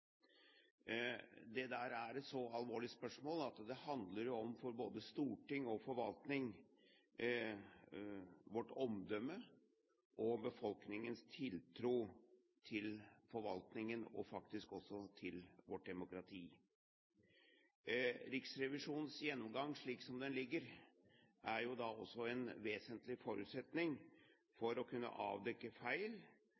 Det er et så alvorlig spørsmål at det handler om, for både storting og forvaltning, vårt omdømme og befolkningens tiltro til forvaltningen, og faktisk også til vårt demokrati. Riksrevisjonens gjennomgang slik som den ligger, er jo da også en vesentlig forutsetning